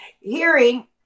hearing